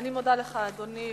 אני מודה לך, אדוני.